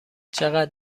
چقدر